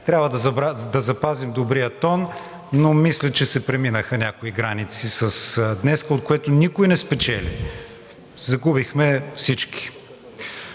трябва да запазим добрия тон, но мисля, че се преминаха някои граници днес, от което никой не спечели – загубихме всички.